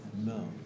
No